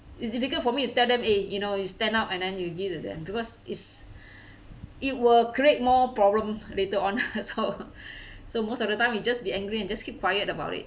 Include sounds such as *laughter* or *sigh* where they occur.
it's difficult for me to tell them eh you know you stand out and then you give to them because it's *breath* it will create more problems later on *laughs* so so most of the time we just be angry and just keep quiet about it